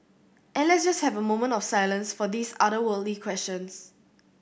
and let's just have a moment of silence for these otherworldly questions